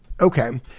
Okay